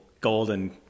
golden